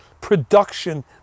production